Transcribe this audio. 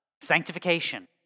Sanctification